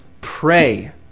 pray